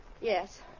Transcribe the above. Yes